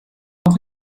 auch